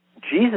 Jesus